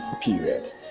period